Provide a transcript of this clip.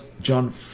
John